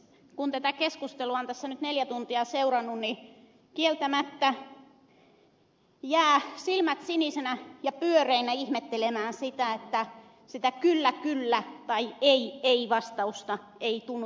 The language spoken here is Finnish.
kun tätä keskustelua on tässä nyt neljä tuntia seurannut niin kieltämättä jää silmät sinisinä ja pyöreinä ihmettelemään että sitä kyllä kyllä tai ei ei vastausta ei tunnu tippuvan